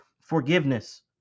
forgiveness